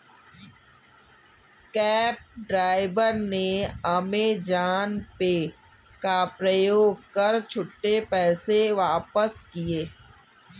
cab driver ने Amazon Pay का प्रयोग कर छुट्टे पैसे वापस किए